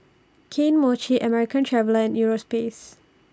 Kane Mochi American Traveller Europace